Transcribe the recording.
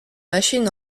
machine